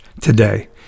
today